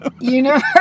universe